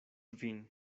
vin